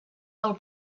del